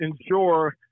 ensure